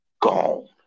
gone